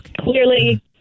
Clearly